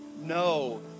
No